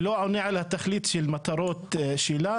ולא עונה על התכלית של המטרות שלה.